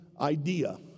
idea